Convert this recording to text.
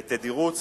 בתדירות סבירה.